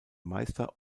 meister